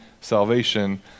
salvation